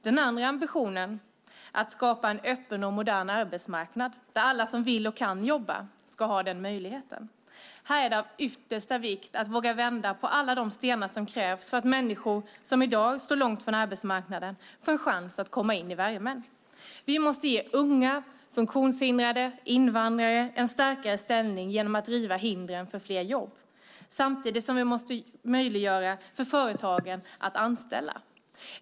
Den andra ambitionen handlar om att skapa en öppen och modern arbetsmarknad där alla som vill och kan jobba ska ha den möjligheten. Här är det av yttersta vikt att våga vända på alla de stenar som krävs för att människor som i dag står långt från arbetsmarknaden ska få en chans att komma in i värmen. Vi måste ge unga, funktionshindrade och invandrare en starkare ställning genom att riva hindren för fler jobb. Samtidigt måste vi möjliggöra för företagen att anställa.